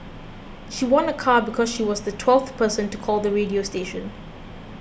she won a car because she was the twelfth person to call the radio station